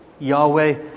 Yahweh